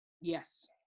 Yes